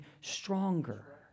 stronger